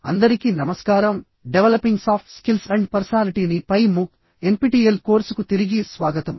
అందరికీ నమస్కారం developing soft skills and పర్సనాలిటీని పై మూక్ ఎన్పిటిఇఎల్ కోర్సుకు తిరిగి స్వాగతం